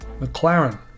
McLaren